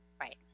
Right